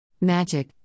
Magic